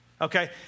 Okay